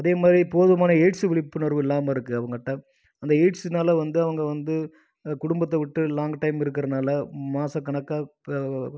அதேமாதிரி போதுமான எயிட்ஸு விழிப்புணர்வு இல்லாமல் இருக்கு அவங்கட்ட அந்த எயிட்ஸுனால வந்து அவங்க வந்து குடும்பத்தை விட்டு லாங் டையம் இருக்குறதுனால மாச கணக்காக இப்போ